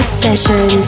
session